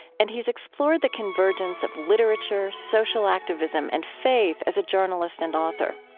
and he's explored the convergence of literature, social activism, and faith as a journalist and author.